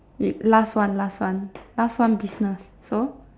last one last one last one business so